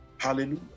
Hallelujah